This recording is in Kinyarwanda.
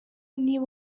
niba